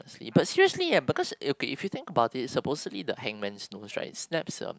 see but seriously ya because it will be if you think about it it's supposed to be the hangman's noose right snaps itself